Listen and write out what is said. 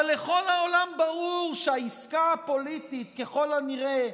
אבל לכל העולם ברור שהעסקה הפוליטית, ככל הנראה,